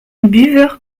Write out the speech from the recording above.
buveur